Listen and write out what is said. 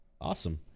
Awesome